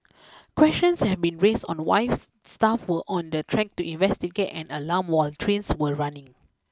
questions have been raised on why staff were on the track to investigate an alarm while trains were running